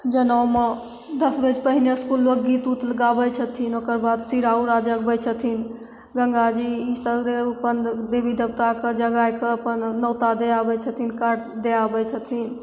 जनउमे दस रोज पहिलेसे कुल लोक गीत उत गाबै छथिन ओकर बाद शीरा उरा जगबै छथिन गङ्गाजी ईसब रे अपन देवी देवताके जगैके अपन न्योता दै आबै छथिन कार्ड दै आबै छथिन